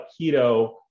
keto